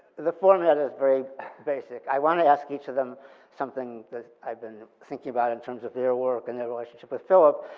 the format is very basic. i wanna ask each of them something that i've been thinking about in terms of their work and their relationship with philip,